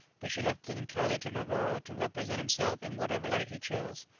but she left it entirely to negoro to represent himself in whatever light he chose.